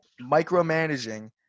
micromanaging